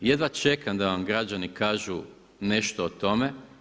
Jedva čekam da vam građani kažu nešto o tome.